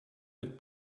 mit